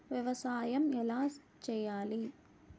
వ్యవసాయం ఎలా చేయాలి?